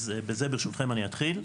בזה אתחיל.